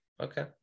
Okay